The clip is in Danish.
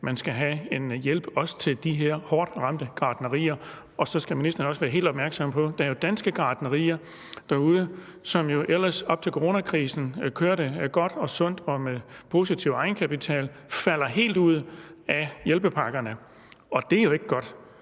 også skal have en hjælp til de her hårdt ramte gartnerier. Så skal ministeren også være helt opmærksom på, at der jo er danske gartnerier derude, som ellers op til coronakrisen kørte godt og sundt og med positiv egenkapital, og som falder helt ud af hjælpepakkerne, og det er jo ikke godt.